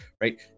right